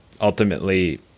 ultimately